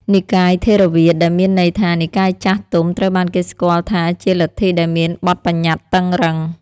និកាយថេរវាទ ដែលមានន័យថា និកាយចាស់ទុំត្រូវបានគេស្គាល់ថាជាលទ្ធិដែលមានបទប្បញ្ញត្តិតឹងរ៉ឹង។